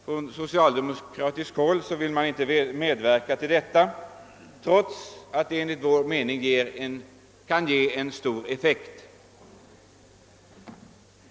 Från socialdemokratiskt håll vill man inte medverka till detta, trots att det enligt vår mening skulle få stor effekt.